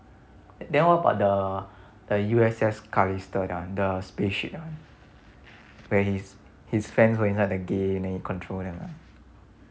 then what about the the U_S_S callister that one the spaceship that one where his his friends were inside the game then he control them